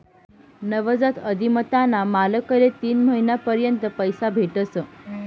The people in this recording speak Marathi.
नवजात उधिमताना मालकले तीन महिना पर्यंत पैसा भेटस